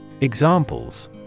Examples